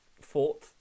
fought